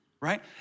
Right